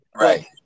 Right